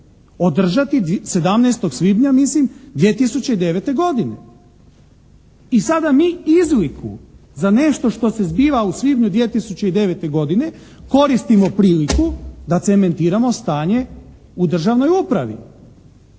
održati 17. svibnja mislim 2009. godine. I sada mi izliku za nešto što se zbiva u svibnju 2009. godine koristimo priliku da cementiramo stanje u državnoj upravi,